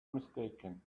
mistaken